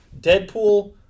Deadpool